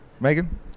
Megan